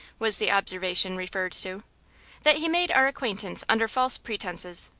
was the observation referred to that he made our acquaintance under false pretenses.